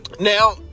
now